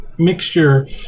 mixture